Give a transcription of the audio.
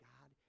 God